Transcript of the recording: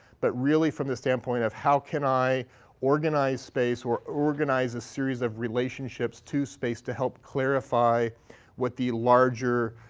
but really from the standpoint of, how can i organize space or organize a series of relationships to space to help clarify what the larger